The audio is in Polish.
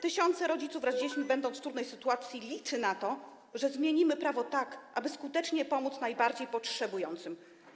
Tysiące rodziców wraz z dziećmi będących w trudnej sytuacji liczą na to, że zmienimy prawo tak, aby skutecznie pomóc najbardziej potrzebującym.